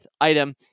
item